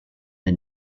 the